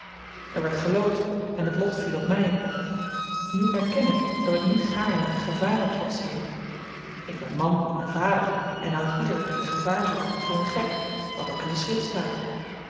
er werd geloot en het lot viel op my nu erken ik dat ik niet gaarne gevaren trotseer ik ben man en vader en houd ieder die het gevaar zoekt voor een gek wat ook in de schrift staat